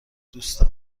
دوست